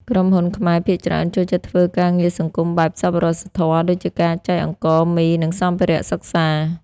ក្រុមហ៊ុនខ្មែរភាគច្រើនចូលចិត្តធ្វើការងារសង្គមបែប សប្បុរសធម៌ ដូចជាការចែកអង្ករ មី និងសម្ភារៈសិក្សា។